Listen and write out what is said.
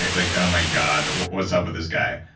ah like, oh my god, what's up with this guy.